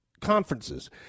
conferences